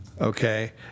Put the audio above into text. Okay